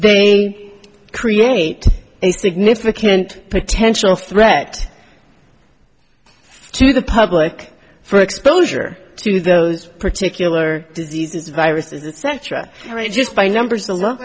they create a significant potential threat to the public for exposure to those particular diseases viruses etc i just by numbers alone